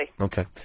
Okay